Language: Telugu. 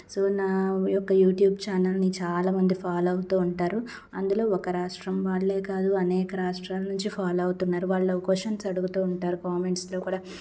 సో నా యొక్క యూట్యూబ్ ఛానల్ని చాలా మంది ఫాలో అవుతూ ఉంటారు అందులో ఒక రాష్ట్రం వాళ్ళే కాదు అనేక రాష్ట్రాల నుంచి ఫాలో అవుతున్నారు వాళ్ళు క్వసెన్స్ అడుగుతూ ఉంటారు కామెంట్స్లో కూడా